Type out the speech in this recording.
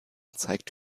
zeigt